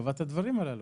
לטובת הדברים הללו.